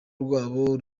rwabo